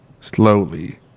slowly